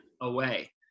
away